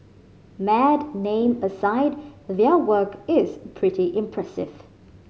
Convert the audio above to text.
mad name aside their work is pretty impressive